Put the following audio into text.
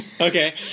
Okay